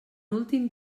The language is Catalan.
últim